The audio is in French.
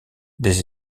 des